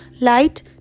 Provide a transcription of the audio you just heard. light